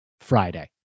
Friday